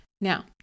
Now